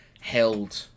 held